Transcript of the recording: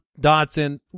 Dotson